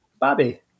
Bobby